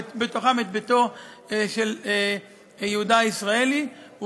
ובתוכם את ביתו של יהודה הישראלי,